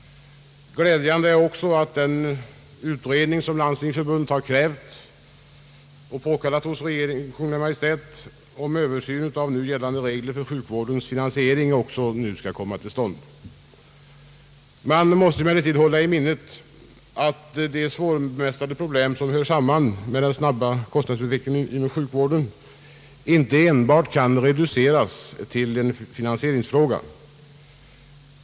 Glädjande är också att den utredning som Landstingsförbundet har påkallat hos Kungl. Maj:t om översyn av gällande regler för sjukvårdens finansiering nu skall komma till stånd. Vi måste emellertid hålla i minnet att de svårbemästrade problem som hör samman med den snabba kostnadsutvecklingen inom sjukvården inte enbart kan reduceras till en finansieringsfråga.